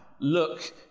look